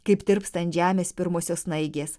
kaip tirpstant žemės pirmosios snaigės